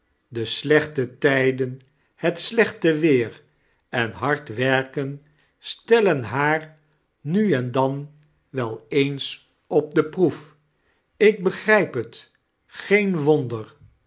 de slechte tijden het slechte weer en hard werken stellen haar nu en dan wel eens op de proef ik begrijp het geen wonder